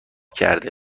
کرده